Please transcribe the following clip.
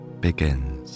begins